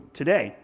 today